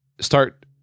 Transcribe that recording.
Start